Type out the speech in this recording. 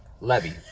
Levy